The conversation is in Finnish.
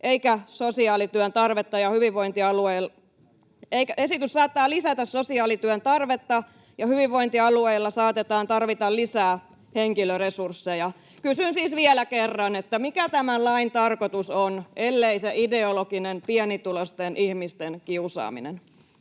Esitys saattaa lisätä sosiaalityön tarvetta, ja hyvinvointialueilla saatetaan tarvita lisää henkilöresursseja. Kysyn siis vielä kerran, että mikä tämän lain tarkoitus on, ellei se ideologinen pienituloisten ihmisten kiusaaminen.